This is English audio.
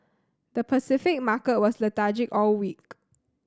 the Pacific market was lethargic all week